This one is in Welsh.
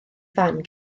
fan